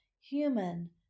human